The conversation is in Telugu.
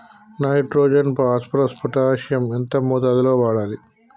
నైట్రోజన్ ఫాస్ఫరస్ పొటాషియం ఎంత మోతాదు లో వాడాలి?